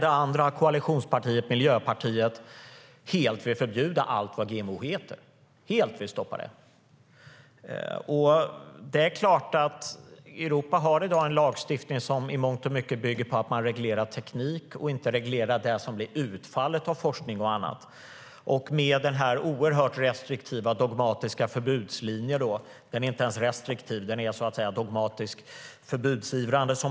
Det andra koalitionspartiet, Miljöpartiet, vill helt förbjuda och stoppa allt vad GMO heter. Europa har i dag en lagstiftning som i mångt och mycket bygger på att man reglerar teknik och inte det som blir utfallet av forskning och annat. Miljöpartiets linje är inte ens restriktiv. Den är dogmatiskt förbudsivrande.